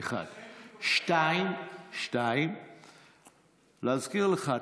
2. להזכיר לך,